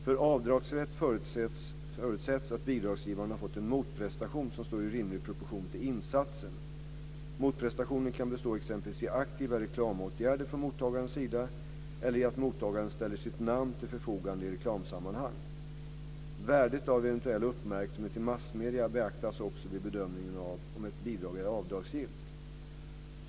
För avdragsrätt förutsätts att bidragsgivaren har fått en motprestation som står i rimlig proportion till insatsen. Motprestationen kan bestå i exempelvis aktiva reklamåtgärder från mottagarens sida eller i att mottagaren ställer sitt namn till förfogande i reklamsammanhang. Värdet av eventuell uppmärksamhet i massmedier beaktas också vid bedömningen av om ett bidrag är avdragsgillt.